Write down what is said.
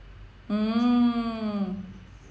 mm